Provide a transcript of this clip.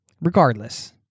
regardless